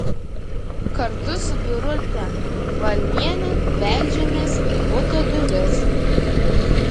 kartu su birute valmiene beldžiamės į buto duris